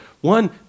One